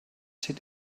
sit